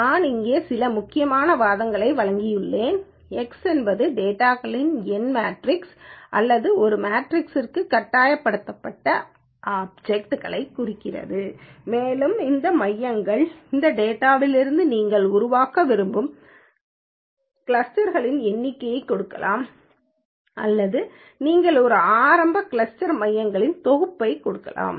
நான் இங்கே சில முக்கியமான வாதங்களை வழங்கியுள்ளேன் x என்பது டேட்டாகளின் எண் மேட்ரிக்ஸ அல்லது ஒரு மேட்ரிக்ஸிற்கு கட்டாயப்படுத்தப்பட்ட ஆப்சக்ட்களைக் குறிக்கிறது மேலும் இந்த மையங்களில் இந்த டேட்டாவிலிருந்து நீங்கள் உருவாக்க விரும்பும் கிளஸ்டர்க்களின் எண்ணிக்கையை கொடுக்கலாம் அல்லது நீங்கள் ஒரு ஆரம்ப கிளஸ்டர் மையங்களின் தொகுப்பை கொடுக்கலாம்